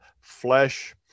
flesh